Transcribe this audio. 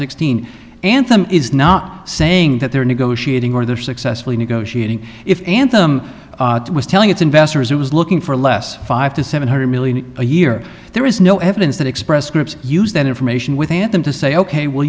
sixteen anthem is not saying that they're negotiating or they're successfully negotiating if anthem was telling its investors it was looking for less five to seven hundred million a year there is no evidence that express scripts use that information within them to say ok will